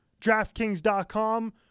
draftkings.com